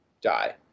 die